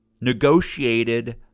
negotiated